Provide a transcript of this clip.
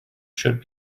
should